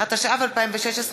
התשע"ו 2016,